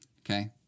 Okay